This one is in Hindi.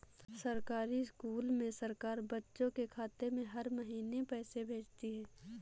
सरकारी स्कूल में सरकार बच्चों के खाते में हर महीने पैसे भेजती है